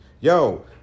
Yo